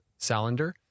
Salander